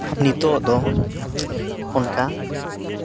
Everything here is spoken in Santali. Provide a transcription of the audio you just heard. ᱱᱤᱛᱳᱜ ᱫᱚ ᱚᱱᱠᱟ